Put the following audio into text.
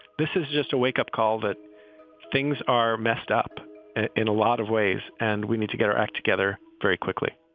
this is just a wakeup call that things are messed up in a lot of ways and we need to get our act together very quickly